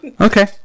Okay